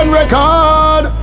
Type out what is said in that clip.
record